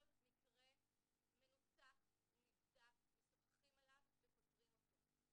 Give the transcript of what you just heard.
כל מקרה מנותח, נבדק, משוחחים עליו ופותרים אותו.